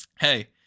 hey